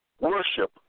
worship